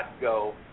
go